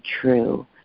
true